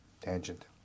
tangent